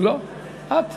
לא, את.